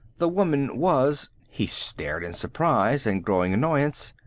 the woman was he stared in surprise and growing annoyance.